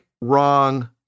wrong